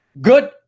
Good